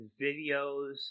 videos